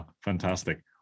fantastic